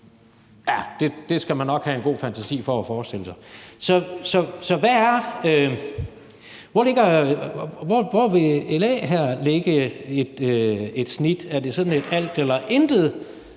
Det skal man nok have en god fantasi for at forestille sig. Så hvor vil LA her lægge et snit? Er det alt eller intet,